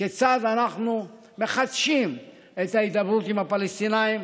כיצד אנחנו מחדשים את ההידברות עם הפלסטינים